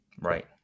Right